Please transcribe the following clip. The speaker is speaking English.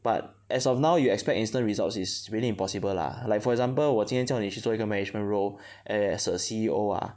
but as of now you expect instant results is really impossible lah like for example 我今天叫你去做一个 management role as a C_E_O ah